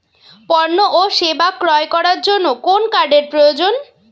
পণ্য ও সেবা ক্রয় করার জন্য কোন কার্ডের প্রয়োজন?